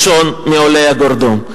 ראשון עולי הגרדום.